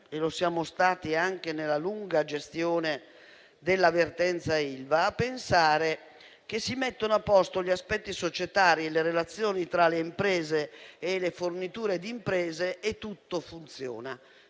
e lo siamo stati anche nella lunga gestione della vertenza Ilva - a pensare che si mettono a posto gli aspetti societari, le relazioni tra le imprese e le forniture di imprese, e poi tutto funziona.